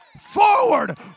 forward